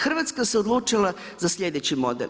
Hrvatska se odlučila za sljedeći model.